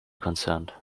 concerned